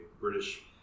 British